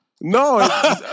No